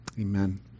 amen